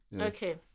Okay